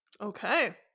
okay